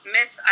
Miss